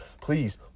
please